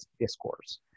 discourse